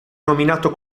nominato